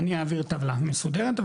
אני אעביר טבלה מסודרת,